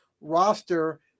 roster